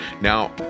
Now